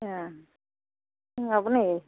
ए जोंहाबो नै